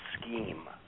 scheme